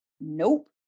nope